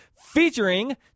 featuring